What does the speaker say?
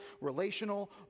relational